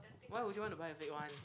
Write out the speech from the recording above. why would you want to buy a fake one